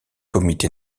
comité